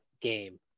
game